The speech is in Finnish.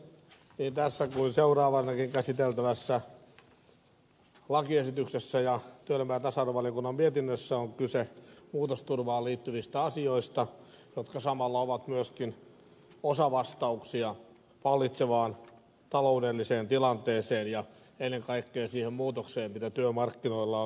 niin tässä kuin seuraavassakin käsiteltävässä lakiesityksessä ja työ ja tasa arvovaliokunnan mietinnössä on kyse muutosturvaan liittyvistä asioista jotka samalla ovat myöskin osavastauksia vallitsevaan taloudelliseen tilanteeseen ja ennen kaikkea siihen muutokseen mitä työmarkkinoilla on tapahtunut